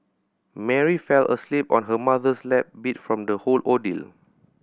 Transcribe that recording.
Mary fell asleep on her mother's lap beat from the whole ordeal